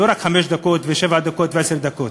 לא רק חמש דקות ושבע דקות ועשר דקות.